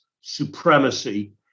supremacy